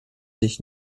sich